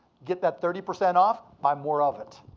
get that thirty percent off, buy more of it.